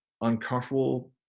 uncomfortable